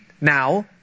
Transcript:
now